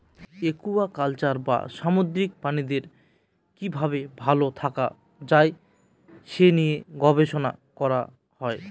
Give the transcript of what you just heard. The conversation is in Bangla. একুয়াকালচার বা সামুদ্রিক প্রাণীদের কি ভাবে ভালো থাকা যায় সে নিয়ে গবেষণা করা হয়